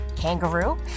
kangaroo